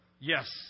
yes